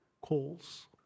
calls